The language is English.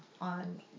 on